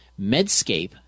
Medscape